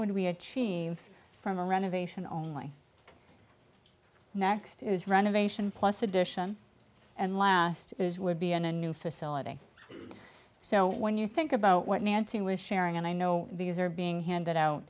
would we achieve from a renovation only next is renovation plus addition and last would be in a new facility so when you think about what nancy was sharing and i know these are being handed out